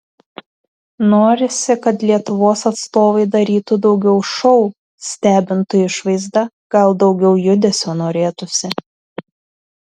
norisi kad lietuvos atstovai darytų daugiau šou stebintų išvaizda gal daugiau judesio norėtųsi